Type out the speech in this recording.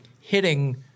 hitting